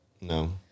no